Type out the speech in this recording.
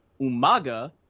Umaga